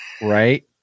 right